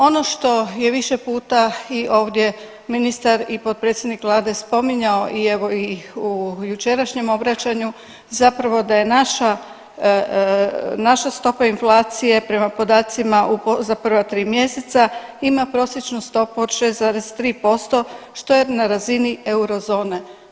Ono što je više puta i ovdje ministar i potpredsjednik vlade spominjao i evo i u jučerašnjem obraćanju zapravo da je naša, naša stopa inflacije prema podacima za prva tri mjeseca ima prosječnu stopu od 6,3% što je na razini eurozone.